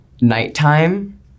Nighttime